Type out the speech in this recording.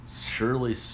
Surely